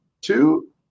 two